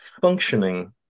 functioning